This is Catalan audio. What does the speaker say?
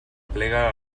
aplega